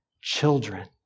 children